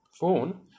phone